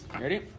Ready